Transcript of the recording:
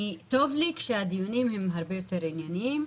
טוב לי כשהדיונים הם הרבה יותר הגיוניים.